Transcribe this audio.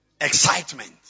excitement